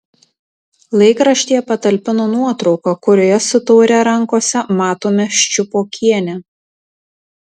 laikraštyje patalpino nuotrauką kurioje su taure rankose matome ščiupokienę